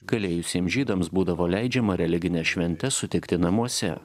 kalėjusiems žydams būdavo leidžiama religines šventes sutikti namuose